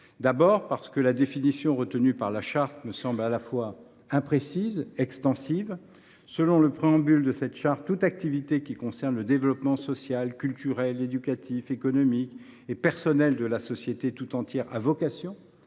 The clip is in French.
d’abord parce que la définition retenue me semble à la fois imprécise et extensive. Selon le préambule de cette charte, « toute activité qui concerne le développement social, culturel, éducatif, économique et personnel de la société tout entière a vocation